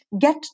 get